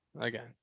Again